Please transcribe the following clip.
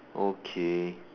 okay